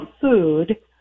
food